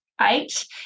Eight